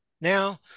now